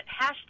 Hashtag